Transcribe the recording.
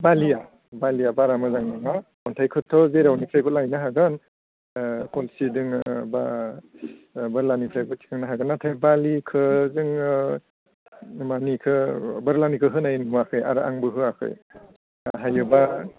बालिया बालिया बारा मोजां नङा अन्थाइखोथ' जेरावनिफ्रायबो लायनो हागोन खनसि दोङो बा बोरलानिफ्रायबो थिखांनो हागोन नाथाय बालिखो जोङो मानिखो बोरलानिखो होनाय नुवाखै आरो आंबो होयाखै हायोब्ला